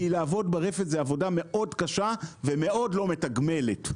כי לעבוד ברפת זו עבודה מאוד קשה ומאוד לא מתגמלת.